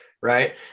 Right